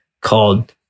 called